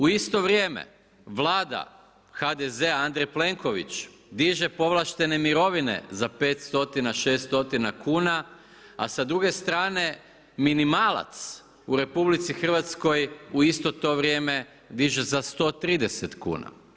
U isto vrijeme Vlada HDZ-a Andrej Plenković diže povlaštene mirovine za 5 stotina, 6 stotina kuna a sa druge strane minimalac u RH u isto to vrijeme diže za 130 kuna.